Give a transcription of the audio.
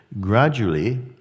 gradually